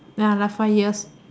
ya last five years